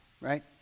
right